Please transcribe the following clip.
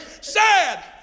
Sad